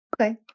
Okay